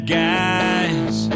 guys